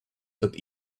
that